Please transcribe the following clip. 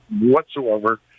whatsoever